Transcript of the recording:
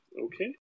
okay